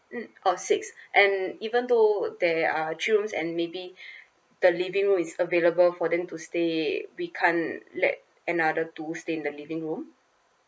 mm oh six and even though there are three rooms and maybe the living room is available for them to stay we can't let another two stay in the living room